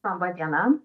laba diena